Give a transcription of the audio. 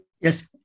Yes